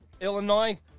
Illinois